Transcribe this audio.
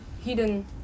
hidden